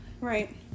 Right